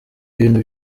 ibintu